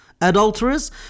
Adulterers